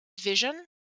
vision